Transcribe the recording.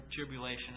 tribulation